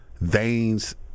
veins